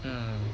mm